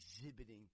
exhibiting